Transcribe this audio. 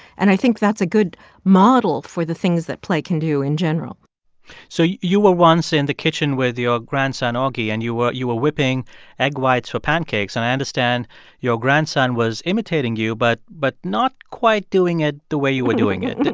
and i think that's a good model for the things that play can do in general so you you were once in the kitchen with your grandson, augie, and you were you were whipping egg whites for pancakes. and i understand your grandson was imitating you but but not quite doing it the way you were doing it.